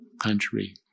country